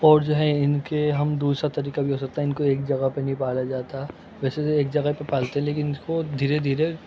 اور جو ہے ان کے ہم دوسرا طریقہ بھی ہو سکتا ہے ان کو ایک جگہ پہ نہیں پالا جاتا ویسے تو ایک جگہ پہ پالتے ہیں لیکن ان کو دھیرے دھیرے